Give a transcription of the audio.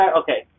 okay